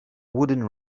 wooden